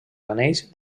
anells